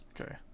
Okay